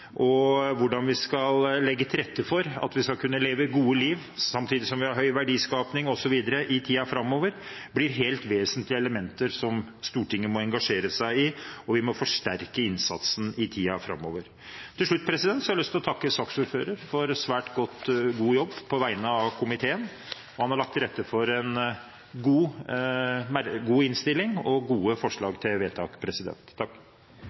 og hvordan vi skal legge til rette for at vi skal kunne leve gode liv samtidig som vi har høy verdiskaping osv. i tiden framover, blir helt vesentlige elementer som Stortinget må engasjere seg i. Og vi må forsterke innsatsen i tiden framover. Til slutt har jeg lyst å takke saksordføreren for en svært god jobb på vegne av komiteen. Han har lagt til rette for en god innstilling og gode